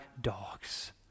dogs